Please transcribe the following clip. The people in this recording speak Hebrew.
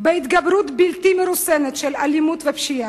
בהתגברות בלתי מרוסנת של האלימות והפשיעה,